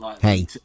hey